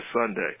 Sunday